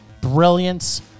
brilliance